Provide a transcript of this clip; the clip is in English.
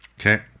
Okay